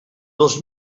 dos